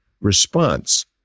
response